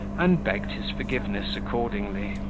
and begged his forgiveness accordingly.